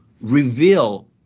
reveal